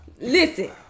Listen